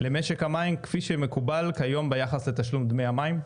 למשק המים, כפי שמקובל כיום ביחס לתשלום דמי המים.